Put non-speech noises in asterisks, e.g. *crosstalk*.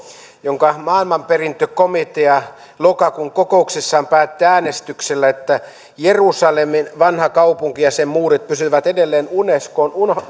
jonka maailmanperintökomitea lokakuun kokouksessaan päätti äänestyksellä että jerusalemin vanhakaupunki ja sen muurit pysyvät edelleen unescon unescon *unintelligible*